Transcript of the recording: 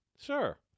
Sure